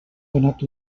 donat